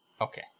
Okay